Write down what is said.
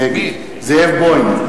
נגד זאב בוים,